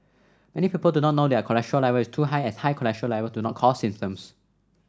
many people do not know their cholesterol level is too high as high cholesterol level do not cause symptoms